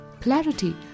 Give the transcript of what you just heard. Clarity